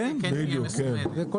כן, בדיוק, זאת המהות.